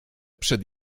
przed